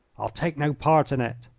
i'll take no part in it.